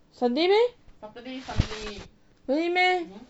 sunday meh really meh